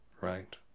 right